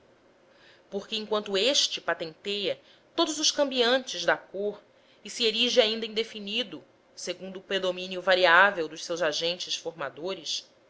porque enquanto este patenteia todos os cambiantes da cor e se erige ainda indefinidos segundo o predomínio variável dos seus agentes formadores